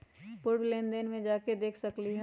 पूर्व लेन देन में जाके देखसकली ह?